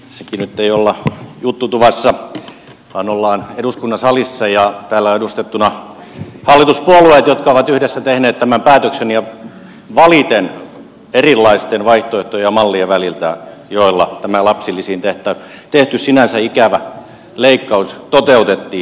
nyt ei olla juttutuvassa vaan ollaan eduskunnan salissa ja täällä ovat edustettuina hallituspuolueet jotka ovat yhdessä tehneet tämän päätöksen valiten erilaisten vaihtoehtojen ja mallien väliltä millä tämä lapsilisiin tehty sinänsä ikävä leikkaus toteutettiin